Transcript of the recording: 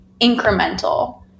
incremental